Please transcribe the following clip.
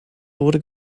wurde